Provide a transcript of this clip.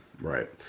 right